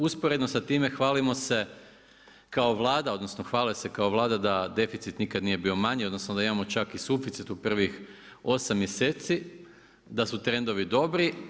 Usporedno sa time hvalimo se kao Vlada, odnosno hvale se kao Vlada da deficit nikad nije bio manji, odnosno da imamo čak i suficit u prvih 8 mjeseci, da su trendovi dobri.